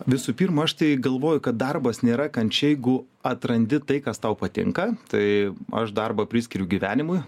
visų pirma aš tai galvoju kad darbas nėra kančia jeigu atrandi tai kas tau patinka tai aš darbą priskiriu gyvenimui